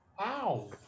Wow